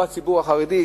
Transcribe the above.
בציבור החרדי,